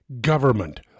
government